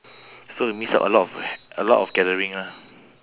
so that means a lot of a lot of gathering lah